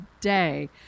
day